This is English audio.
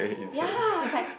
ya I was like